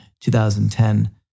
2010